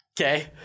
Okay